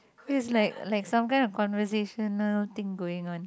is like like some kind of like conversational thing going on